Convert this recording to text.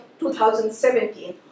2017